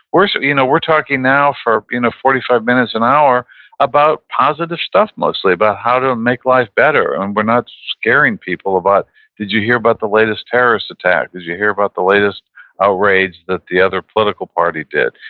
we're so you know we're talking now for you know forty five minutes, an hour about positive stuff mostly, about how to make life better. and we're not scaring people about did you hear about the latest terrorist attack? did you hear about the latest outrage that the other political party did?